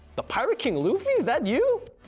the pirate king luffy is that you!